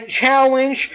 challenge